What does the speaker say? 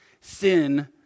sin